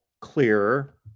clearer